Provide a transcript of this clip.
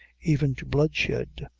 even to bloodshed,